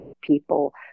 people